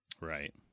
Right